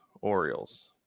Orioles